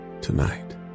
Tonight